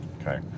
Okay